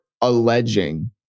alleging